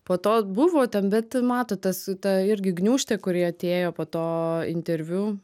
po to buvo ten bet matot tas ta irgi gniūžtė kuri atėjo po to interviu